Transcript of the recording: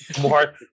More